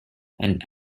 and